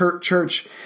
church